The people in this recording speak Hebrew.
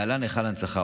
להלן: היכל ההנצחה.